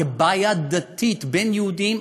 כבעיה דתית בין יהודים,